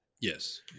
Yes